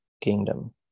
kingdom